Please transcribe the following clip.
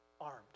armed